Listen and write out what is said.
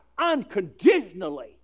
unconditionally